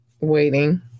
waiting